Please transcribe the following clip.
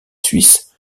suisses